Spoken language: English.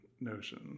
notion